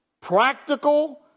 practical